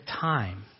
time